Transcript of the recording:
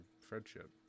friendship